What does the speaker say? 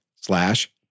slash